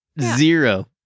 Zero